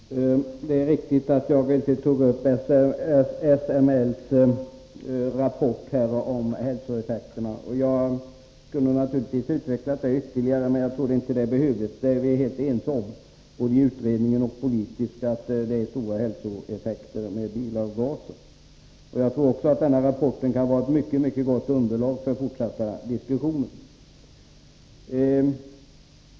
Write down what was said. Herr talman! Det är riktigt att jag inte tog upp SML:s rapport om hälsoeffekterna. Jag kunde naturligtvis ha gått in på saken mera i detalj, men jag trodde inte att det skulle behövas. Både i utredningen och här är vi ense om att det finns stora hälsorisker på grund av bilavgaserna. Jag tror också att rapporten kan vara ett mycket gott underlag för fortsatta diskussioner.